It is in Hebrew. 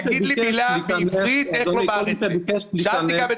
שתבוא ותתייצב ותאמר: כן,